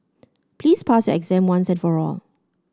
please pass your exam once and for all